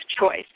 choice